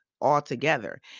altogether